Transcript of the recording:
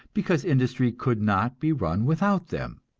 because industry could not be run without them.